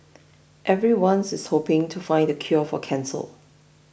everyone's hoping to find the cure for cancer